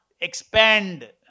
expand